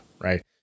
right